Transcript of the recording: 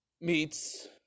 meets